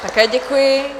Také děkuji.